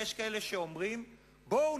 יש כאלה שאומרים: בואו,